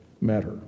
matter